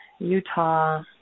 Utah